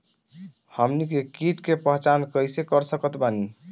हमनी के कीट के पहचान कइसे कर सकत बानी?